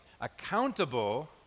accountable